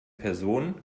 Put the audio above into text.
person